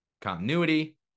continuity